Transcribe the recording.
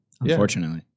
unfortunately